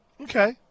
Okay